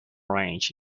ranch